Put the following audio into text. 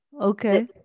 okay